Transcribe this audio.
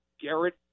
Garrett